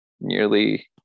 nearly